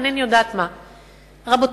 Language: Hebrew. אינני יודעת מה; רבותי,